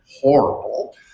horrible